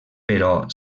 però